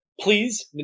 please